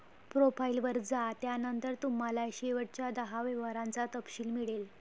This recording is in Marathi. प्रोफाइल वर जा, त्यानंतर तुम्हाला शेवटच्या दहा व्यवहारांचा तपशील मिळेल